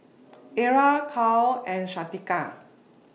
Ara Cal and Shanika